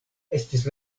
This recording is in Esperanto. estis